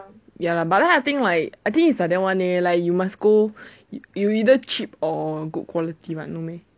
Taiwan